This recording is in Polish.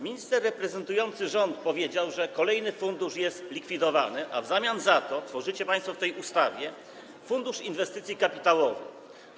Minister reprezentujący rząd powiedział, że kolejny fundusz jest likwidowany, a w zamian za to tworzycie państwo tą ustawą Fundusz Inwestycji Kapitałowych.